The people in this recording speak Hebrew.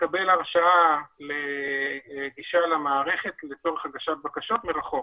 לקבל הרשאה לגישה למערכת לצורך הגשת בקשות מרחוק